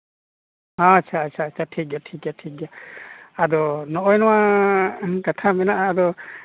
ᱟᱪᱪᱷᱟ ᱟᱪᱪᱷᱟ ᱴᱷᱤᱠ ᱜᱮᱭᱟ ᱴᱷᱤᱠ ᱜᱮᱭᱟ ᱟᱫᱚ ᱱᱚᱜᱼᱚᱭ ᱱᱚᱣᱟ ᱠᱟᱛᱷᱟ ᱢᱮᱱᱟᱜᱼᱟ ᱟᱫᱚ